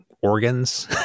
organs